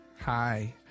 Hi